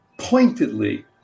pointedly